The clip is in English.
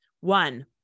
one